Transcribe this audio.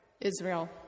Israel